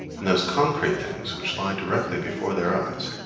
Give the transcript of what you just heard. and those concrete things, which lie directly before their eyes,